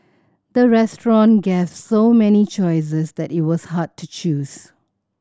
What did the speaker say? the restaurant gave so many choices that it was hard to choose